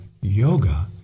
yoga